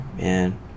man